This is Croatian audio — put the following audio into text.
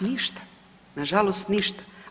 Ništa, nažalost ništa.